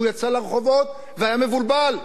והוא יצא לרחובות והיה מבולבל.